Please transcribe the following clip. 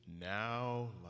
Now